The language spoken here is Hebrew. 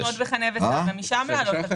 אתה יכול לחנות בחנה וסע ושם לעלות על תחבורה ציבורית.